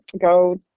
go